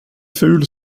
ful